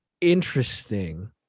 interesting